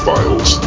Files